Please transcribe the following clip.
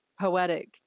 poetic